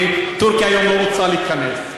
וטורקיה היום לא רוצה להיכנס.